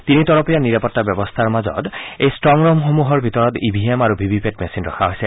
তিনি তৰপীয়া নিৰাপত্তা ব্যৱস্থাৰ মাজত এই ষ্টংৰূমসমূহৰ ভিতৰত ইভিএম আৰু ভিভি পেট মেচিন ৰখা হৈছে